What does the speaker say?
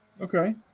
Okay